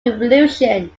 revolution